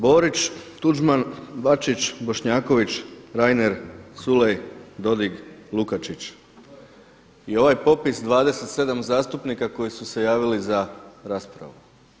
Borić, Tuđman, Bačić, Bošnjaković, Reiner, Culej, Dodig, Lukačić i ovaj popis 27 zastupnika koji su se javili za raspravu.